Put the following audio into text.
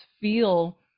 feel